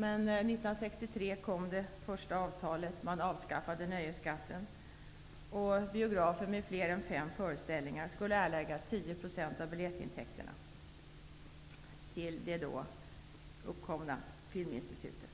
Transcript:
År 1963 kom det första avtalet, och man avskaffade nöjesskatten. Biografer med fler än fem föreställningar skulle erlägga 10 % av biljettintäkterna till det då nya Filminstitutet.